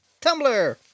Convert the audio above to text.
Tumblr